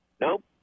nope